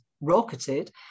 rocketed